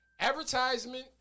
advertisement